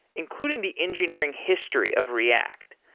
including the engineering history of react.